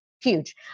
huge